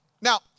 Now